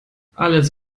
alles